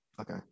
Okay